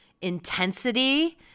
intensity